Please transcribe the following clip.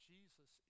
Jesus